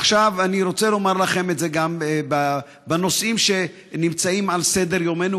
עכשיו אני רוצה לומר לכם את זה גם בנושאים שנמצאים על סדר-יומנו,